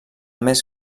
més